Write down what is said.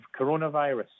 coronavirus